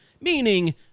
meaning